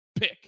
pick